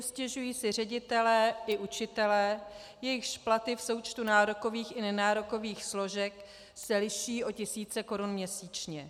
Stěžují si ředitelé i učitelé, jejichž platy v součtu nárokových i nenárokových složek se liší o tisíce korun měsíčně.